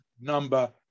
number